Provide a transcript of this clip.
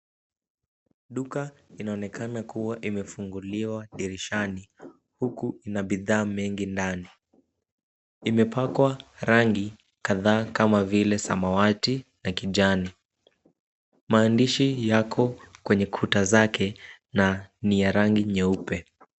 Duka inaonekana kuwa imefunguliwa dirishani huku ina bidhaa mingi ndani. Imepakwa rangi kadhaa kama vile samawati na kijani. Maandishi yako kwenye kuta zake na ni yangi nyeupe.